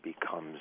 becomes